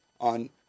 on